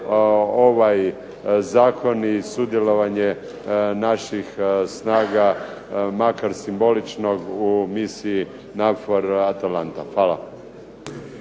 ovaj zakon i sudjelovanje naših snaga makar simbolično u misiji NAVFOR-ATALANTA. Hvala.